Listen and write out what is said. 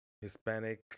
Hispanic